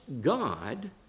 God